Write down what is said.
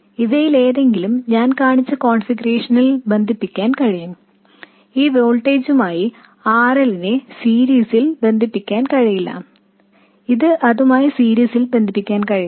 ഇവയിലേതെങ്കിലും ഞാൻ കാണിച്ച കോൺഫിഗറേഷനിൽ ബന്ധിപ്പിക്കാൻ കഴിയും ഈ വോൾട്ടേജുമായി RL നെ സീരീസിൽ ബന്ധിപ്പിക്കാൻ കഴിയില്ല ഇതു അതുമായി സീരീസിൽ ബന്ധിപ്പിക്കാൻ കഴിയില്ല